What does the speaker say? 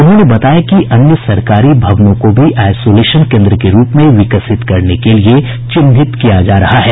उन्होंने बताया कि अन्य सरकारी भवनों को भी आईसोलेशन केंद्र के रूप में विकसित करने के लिये चिन्हित किया जा रहा है